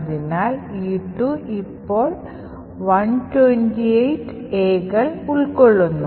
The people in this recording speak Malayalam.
അതിനാൽ E2 ഇപ്പോൾ 128 Aകൾ ഉൾക്കൊള്ളുന്നു